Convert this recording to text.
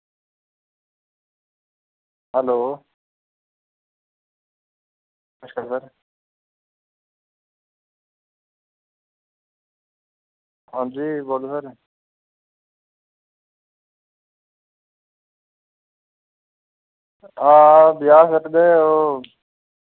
hello अच्छा sir आं ब्याह् करी दे ओह्